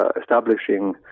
establishing